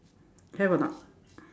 have or not